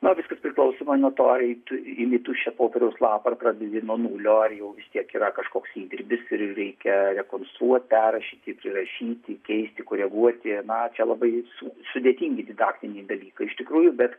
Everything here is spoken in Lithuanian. na viskas priklausoma nuo to ar tu imi tuščią popieriaus lapą ir pradedi nuo nulio ar jau vis tiek yra kažkoks įdirbis ir reikia rekonstruot perrašyti prirašyti keisti koreguoti na čia labai sudėtingi didaktiniai dalykai iš tikrųjų bet